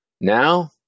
Now